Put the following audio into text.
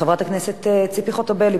חברת הכנסת ציפי חוטובלי,